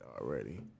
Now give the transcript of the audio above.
already